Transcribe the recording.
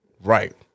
Right